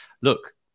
look